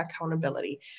accountability